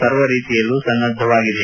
ಸರ್ವ ರೀತಿಯಲ್ಲೂ ಸನ್ನದ್ದವಾಗಿದೆ